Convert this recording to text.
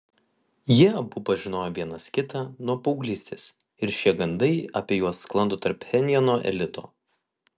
jie abu pažinojo vienas kitą nuo paauglystės ir šie gandai apie juos sklando tarp pchenjano elito